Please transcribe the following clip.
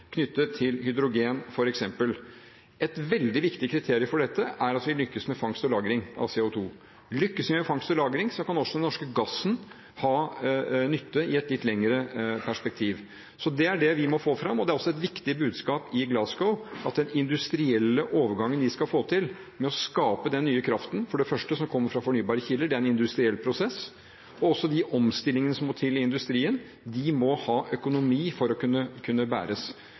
hydrogen. Et veldig viktig kriterium for dette er at vi lykkes med fangst og lagring av CO 2 . Lykkes vi med fangst og lagring, kan også den norske gassen ha nytte i et litt lengre perspektiv. Så det er det vi må få fram. Det er også for det første et viktig budskap i Glasgow, at den industrielle overgangen vi skal få til med å skape den nye kraften, som kommer fra fornybare kilder, er en industriell prosess. Og også at de omstillingene som må til i industrien, må ha økonomi for å kunne bæres.